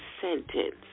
sentence